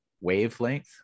wavelength